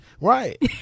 Right